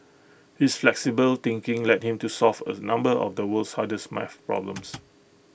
his flexible thinking led him to solve A number of the world's hardest math problems